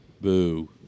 Boo